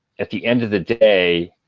at the end of the day,